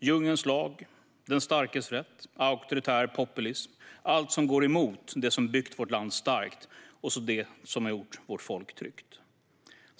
i djungelns lag, den starkes rätt och auktoritär populism - allt som går emot det som byggt vårt land starkt och gjort vårt folk tryggt.